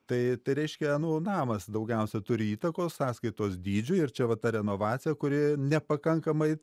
tai reiškia nu namas daugiausia turi įtakos sąskaitos dydžiui ir čia vat ta renovacija kuri nepakankamai